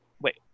Wait